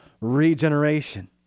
regeneration